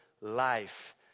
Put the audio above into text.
life